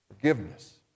Forgiveness